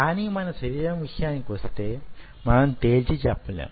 కానీ మన శరీరంలోని విషయానికి వస్తే మనం తేల్చి చెప్పలేము